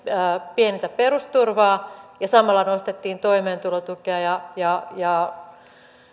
pienintä perusturvaa ja samalla nostettiin toimeentulotukea ja